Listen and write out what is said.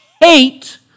hate